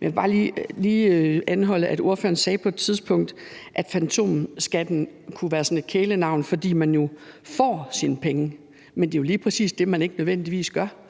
jeg vil bare lige anholde, at ordføreren på et tidspunkt sagde, at fantomskatten kunne være sådan et kælenavn, fordi man jo får sine penge, men det er lige præcis det, man ikke nødvendigvis gør.